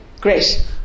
Great